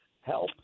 help